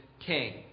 king